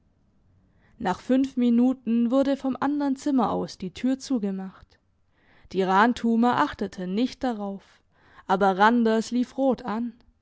nach fünf minuten wurde vom andern zimmer aus die tür zugemacht die rantumer achteten nicht darauf aber randers lief rot an